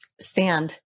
stand